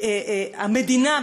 המדינה,